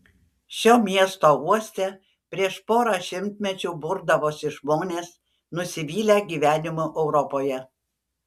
šio miesto uoste prieš porą šimtmečių burdavosi žmonės nusivylę gyvenimu europoje